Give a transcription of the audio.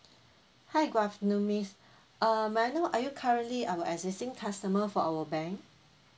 hi good afternoon miss uh may I know are you currently our existing customer for our bank